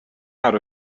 out